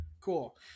Cool